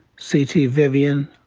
c. t. vivian,